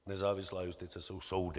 Nezávislá justice jsou soudy.